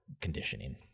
conditioning